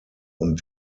und